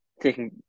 taking